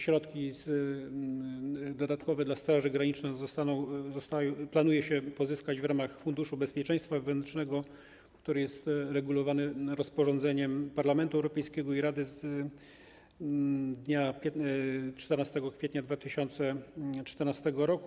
Środki dodatkowe dla Straży Granicznej planuje się pozyskać w ramach Funduszu Bezpieczeństwa Wewnętrznego, który jest regulowany rozporządzeniem Parlamentu Europejskiego i Rady z dnia 16 kwietnia 2014 r.